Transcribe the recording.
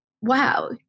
wow